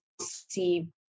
see